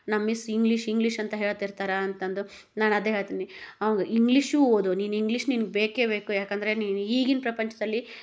ನಮ್ಮ miss English English ಅಂತ ಹೇಳ್ತಿರ್ತಾರೆ ಅಂತಂದು ನಾನು ಅದೇ ಹೇಳ್ತೀನಿ ಅವನ್ಗೆ ಇಂಗ್ಲೀಷು ಓದು ನೀನು ಇಂಗ್ಲೀಷ್ ನಿನ್ಗೆ ಬೇಕೇ ಬೇಕು ಯಾಕಂದರೆ ನೀನು ಈಗಿನ ಪ್ರಪಂಚದಲ್ಲಿ